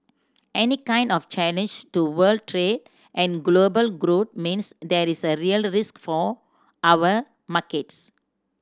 any kind of challenge to world trade and global growth means there is real risk for our markets